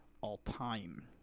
all-time